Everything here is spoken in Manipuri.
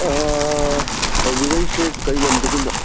ꯇꯧꯕꯤꯔꯛꯏꯁꯦ ꯀꯔꯤ ꯂꯝꯗꯒꯤꯅꯣ